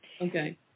Okay